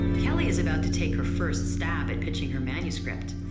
kelly is about to take her first stab at pitching her manuscript,